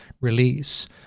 release